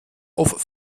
auf